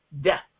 death